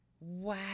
Wow